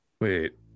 Wait